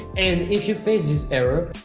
and if you face this error,